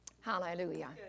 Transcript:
Hallelujah